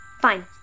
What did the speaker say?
Fine